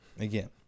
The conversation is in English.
Again